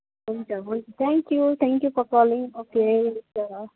हुन्छ हुन्छ thank you thank you for calling okay